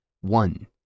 One